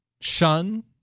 Shun